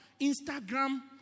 Instagram